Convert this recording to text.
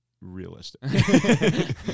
Realistic